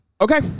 Okay